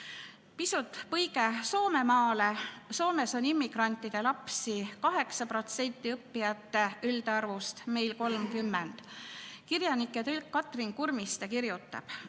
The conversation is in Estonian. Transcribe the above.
Väike põige Soomemaale. Soomes on immigrantide lapsi 8% õppijate üldarvust, meil 30. Kirjanik ja tõlkija Katrin Kurmiste kirjutab,